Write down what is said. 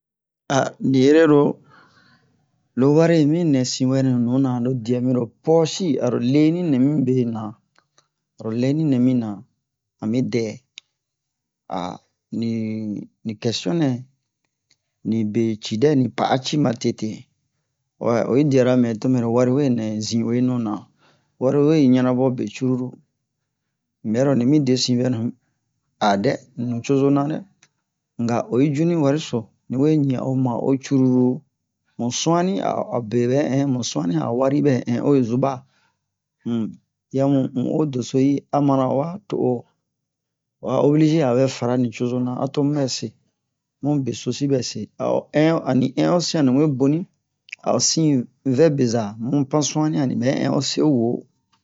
ni ere-ro lo wari yi mi nɛ sinwɛnu nuna lo diye miro pɔsi aro leni nɛ mibe na aro leni nɛ mina ami dɛ ni ni kɛsiyon nɛ ni be ci ni pa'a ci matete wɛ oyi diyara mɛ to mɛro wari we nɛ zin'uwe nuna wari we ɲanabɔ be curulu un bero ni mi be sin vɛnu a nucozo na nga oyi cu ni wari so ni we ɲian o ma'o curulu mu sun'anni a o be ɓɛ ɛn mu san'anni a o wari ɓɛ ɛn o zuba um yi amu un'o doso yi a man o waa o o a obilize a vɛ fara nucozo na a to mu ɓɛse mu besosi ɓɛ se a o ɛn ani ɛn ose ani we boni a o sin vɛ beza mu pan sun'anni ani ɓɛ ɛn ose woo